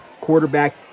quarterback